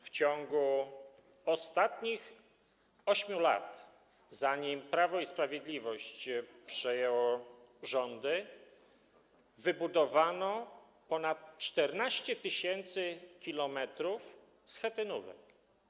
W ciągu ostatnich 8 lat, zanim Prawo i Sprawiedliwość przejęło rządy, wybudowano ponad 14 tys. km schetynówek.